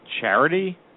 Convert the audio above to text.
charity